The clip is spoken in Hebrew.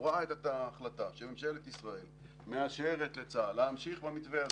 הוא ראה את ההחלטה שממשלת ישראל מאשרת לצה"ל להמשיך במתווה הזה,